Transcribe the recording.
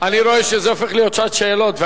אני רואה שזה הופך להיות שעת שאלות.